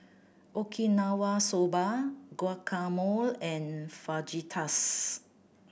Okinawa Soba Guacamole and Fajitas